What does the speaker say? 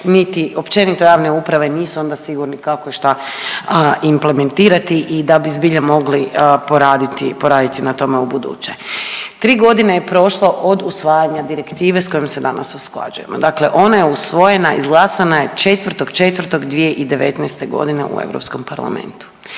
niti općenito javne uprave nisu onda sigurni kako i šta implementirati i da bi zbilja mogli poraditi na tome ubuduće. 3 godine je prošlo od usvajanja direktive s kojom se danas usklađujemo. Dakle ona je usvojena, izglasana je 4.4.2019. g. u EP-u i razlog